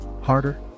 harder